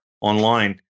online